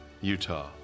Utah